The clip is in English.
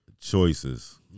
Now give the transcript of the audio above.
Choices